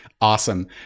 Awesome